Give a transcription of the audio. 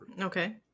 Okay